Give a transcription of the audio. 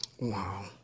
Wow